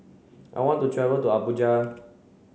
I want to travel to Abuja